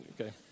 okay